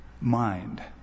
mind